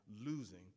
losing